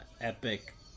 Epic